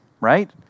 right